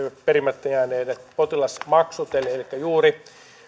perimättä jääneet potilasmaksut elikkä juuri